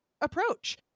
approach